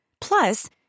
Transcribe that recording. Plus